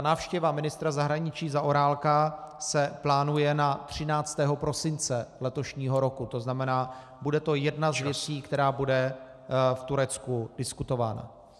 Návštěva ministra zahraničí Zaorálka se plánuje na 13. prosince letošního roku, to znamená, bude to jedna z věcí, která bude v Turecku diskutována.